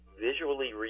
visually